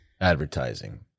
Advertising